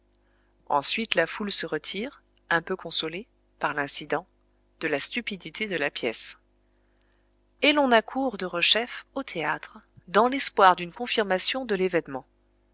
ensuite la foule se retire un peu consolée par l'incident de la stupidité de la pièce et l'on accourt derechef au théâtre dans l'espoir d'une confirmation de l'événement